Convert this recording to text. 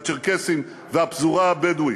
הצ'רקסיים והפזורה הבדואית.